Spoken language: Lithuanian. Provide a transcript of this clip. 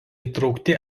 įtraukti